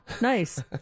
nice